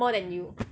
more than you